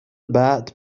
بعد